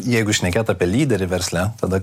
jeigu šnekėt apie lyderį versle tada